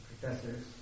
professors